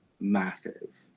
massive